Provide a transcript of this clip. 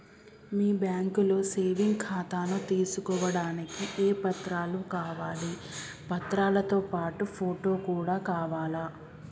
మీ బ్యాంకులో సేవింగ్ ఖాతాను తీసుకోవడానికి ఏ ఏ పత్రాలు కావాలి పత్రాలతో పాటు ఫోటో కూడా కావాలా?